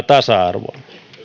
tasa arvoa